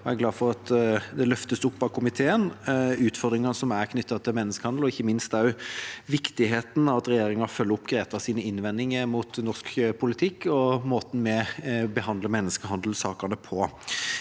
Jeg er glad for det som løftes opp av komiteen – utfordringene knyttet til menneskehandel og ikke minst viktigheten av at regjeringa følger opp GRETAs innvendinger mot norsk politikk og måten vi behandler menneskehandelsakene på.